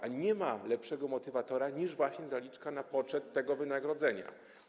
a nie ma lepszego motywatora niż właśnie zaliczka na poczet tego wynagrodzenia.